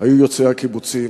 היו יוצאי הקיבוצים.